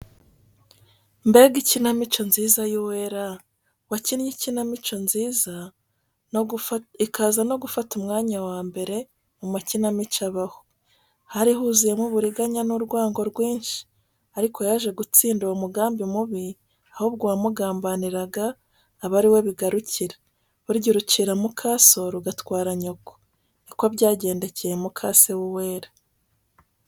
Mbega ikinamico nziza y'Uwera, wakinnye ikinamico nziza ikaza no gufata umwanya wa mbere mu makinamico abaho! Hari huzuyemo uburiganya n'urwango rwinshi, ariko yaje gutsinda uwo mugambi mubi ahubwo uwamugambaniraga aba ari we bigarukira, burya urucira mukaso rugatwara nyoko, ni ko byagendekeye mukase w'Uwera.